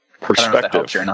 Perspective